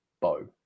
bow